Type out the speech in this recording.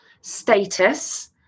status